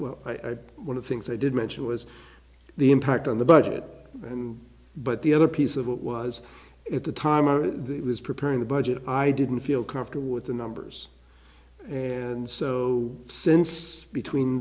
well i one of the things i did mention was the impact on the budget and but the other piece of it was at the time of this preparing the budget i didn't feel comfortable with the numbers and so since between